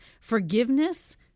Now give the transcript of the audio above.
Forgiveness